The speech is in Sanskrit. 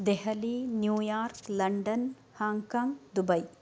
Delhi New York London Hong Kong Dubai